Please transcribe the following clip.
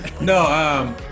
no